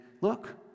look